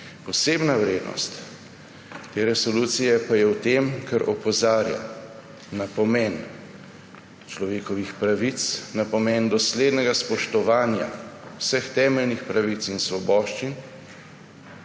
Posebna vrednost te resolucije pa je v tem, da opozarja na pomen človekovih pravic, na pomen doslednega spoštovanja vseh temeljnih pravic in svoboščin